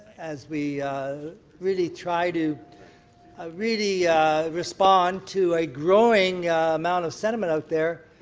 as we really try to ah really respond to a growing amount of sentiment out there.